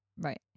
Right